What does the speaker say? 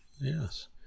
Yes